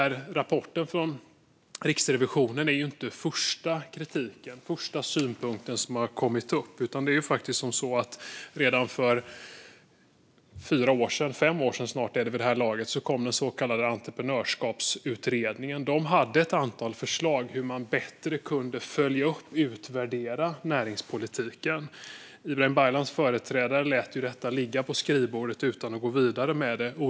Rapporten från Riksrevisionen är inte den första kritiken eller synpunkten som har kommit. Redan för fyra eller fem år sedan kom den så kallade Entreprenörskapsutredningen med ett antal förslag om hur man bättre kunde följa upp och utvärdera näringspolitiken. Ibrahim Baylans företrädare lät olyckligtvis dessa förslag ligga på skrivbordet utan att gå vidare med dem.